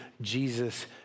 Jesus